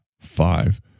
five